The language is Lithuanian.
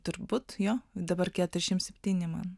turbūt jo dabar keturiasdešim septyni man